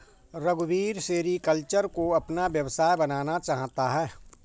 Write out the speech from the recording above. रघुवीर सेरीकल्चर को अपना व्यवसाय बनाना चाहता है